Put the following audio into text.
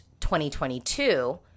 2022